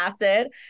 acid